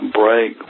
break